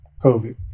COVID